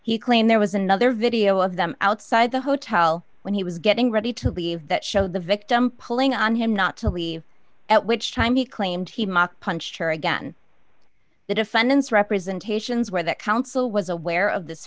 he claimed there was another video of them outside the hotel when he was getting ready to leave that show the victim pulling on him not to leave at which time he claimed he mocked punched her again the defendant's representations were that counsel was aware of this